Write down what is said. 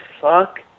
fuck